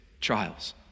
trials